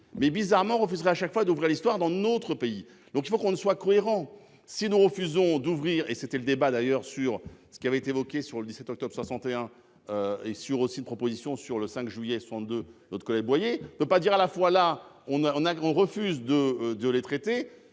mais bizarrement refuserait à chaque fois d'ouvrir l'histoire dans notre pays. Donc il faut qu'on ne soit cohérent. Si nous refusons d'ouvrir et c'était le débat d'ailleurs sur ce qui avait été évoqué sur le 17 octobre 61. Et sur aussi une proposition sur le 5 juillet sont de notre collègue Boyer ne veut pas dire à la fois là on a on a grand refuse de de les traiter